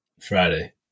Friday